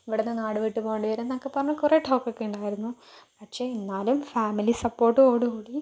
ഇവിടെ നിന്ന് നാട് വിട്ട് പോകേണ്ടി വരും എന്നൊക്കെ പറഞ്ഞ് കുറേ ടോക്കൊക്കെ ഉണ്ടായിരുന്നു പക്ഷെ എന്നാലും ഫാമിലി സപ്പോർട്ടോടു കൂടി